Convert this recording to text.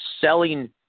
selling